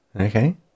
Okay